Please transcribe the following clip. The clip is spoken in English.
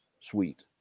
suite